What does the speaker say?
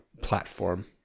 platform